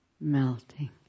melting